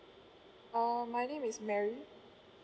uh my name is mary